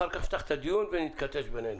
אחר כך נפתח את הדיון ונתכתש בינינו.